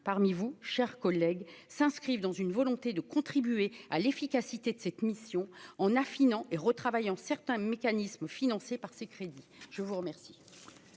parmi vous, chers collègues, s'inscrivent dans une volonté de contribuer à l'efficacité de cette mission en affinant et retravaillant certains mécanismes financés par ces crédits, je vous remercie.